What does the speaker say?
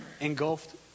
engulfed